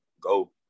go